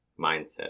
mindset